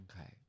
Okay